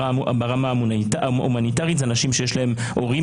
ברמה ההומניטרית אלה אנשים שיש להם כאן הורים